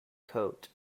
coat